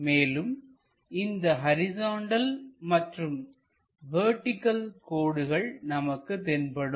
மேலும் இந்த ஹரிசாண்டல் மற்றும் வெர்டிகள் கோடுகள் நமக்கு தென்படும்